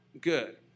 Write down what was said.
good